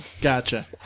Gotcha